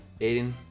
Aiden